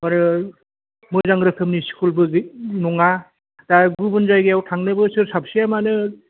आरो मोजां रोखोमनि स्कुलबो नङा दा गुबुन जायगायाव थांनोबो सोर साबेसे मानो